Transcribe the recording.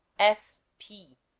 s. p.